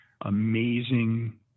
amazing